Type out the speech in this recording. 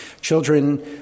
Children